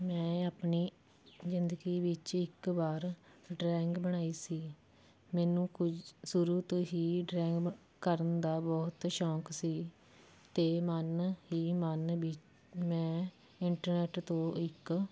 ਮੈਂ ਆਪਣੀ ਜ਼ਿੰਦਗੀ ਵਿੱਚ ਇੱਕ ਵਾਰ ਡਰਾਇੰਗ ਬਣਾਈ ਸੀ ਮੈਨੂੰ ਕੁਝ ਸ਼ੁਰੂ ਤੋਂ ਹੀ ਡਰਾਇੰਗ ਕਰਨ ਦਾ ਬਹੁਤ ਸ਼ੌਂਕ ਸੀ ਅਤੇ ਮਨ ਹੀ ਮਨ ਮੈਂ ਇੰਟਰਨੈੱਟ ਤੋਂ ਇੱਕ